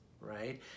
right